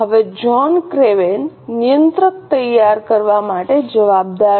હવે John Craven નિયંત્રક તૈયાર કરવા માટે જવાબદાર છે